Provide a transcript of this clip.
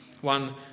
One